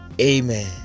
Amen